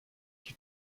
you